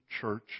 church